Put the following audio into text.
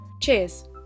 Cheers